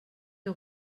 der